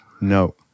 No